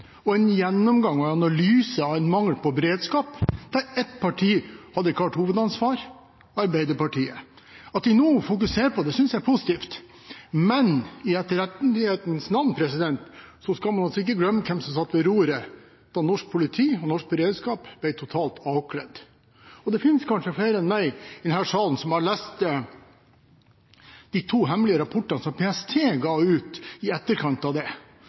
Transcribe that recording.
og en gjennomgang og analyse av en mangel på beredskap der ett parti hadde klart hovedansvar – Arbeiderpartiet. At de nå fokuserer på det, synes jeg er positivt, men i etterrettelighetens navn skal man ikke glemme hvem som satt ved roret da norsk politi og norsk beredskap ble totalt avkledd. Det finnes kanskje flere enn meg i denne salen som har lest de to hemmelige rapportene som PST ga ut i etterkant av det.